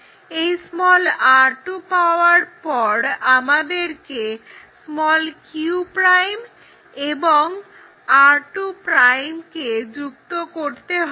এই r2 পাওয়ার পর আমাদেরকে q' এবং r2' কে যুক্ত করতে হবে